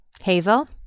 Hazel